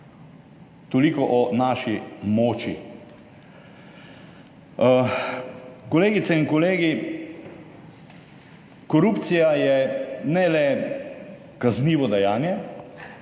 Toliko o naši moči. Kolegice in kolegi. Korupcija je ne le kaznivo dejanje